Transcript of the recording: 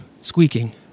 squeaking